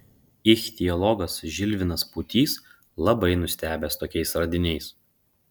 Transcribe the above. ichtiologas žilvinas pūtys labai nustebęs tokiais radiniais